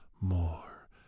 more